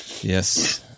Yes